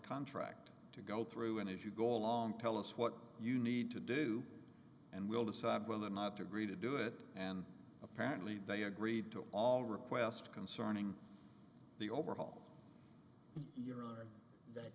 contract to go through and as you go along tell us what you need to do and we'll decide whether or not to agree to do it and apparently they agreed to all request concerning the overhaul in your honor that